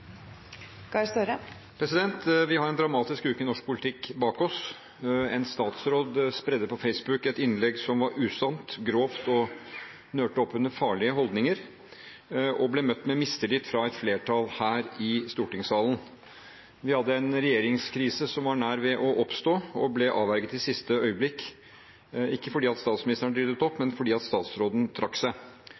Vi har en dramatisk uke i norsk politikk bak oss. En statsråd spredde på Facebook et innlegg som var usant og grovt, nørte opp under farlige holdninger og ble møtt med mistillit fra et flertall her i stortingssalen. En regjeringskrise som var nær ved å oppstå, ble avverget i siste øyeblikk – ikke fordi statsministeren ryddet opp, men fordi statsråden trakk seg.